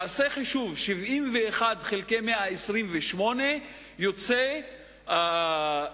תעשה חישוב: 71 חלקי 128 יוצא 55%,